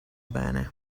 bene